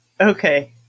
Okay